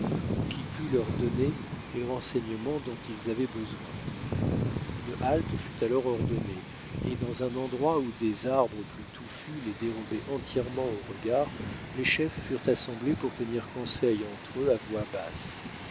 ou qui pût leur donner les renseignements dont ils avaient besoin une halte fut alors ordonnée et dans un endroit où des arbres plus touffus les dérobaient entièrement aux regards les chefs furent assemblés pour tenir conseil entre eux à voix basse